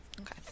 Okay